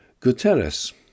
Guterres